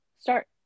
start